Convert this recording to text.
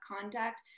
contact